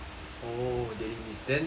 oh daily needs then